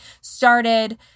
started